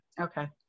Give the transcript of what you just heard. Okay